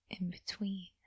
in-between